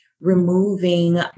removing